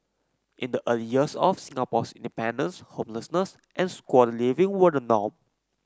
in the early years of Singapore's independence homelessness and squatter living were the norm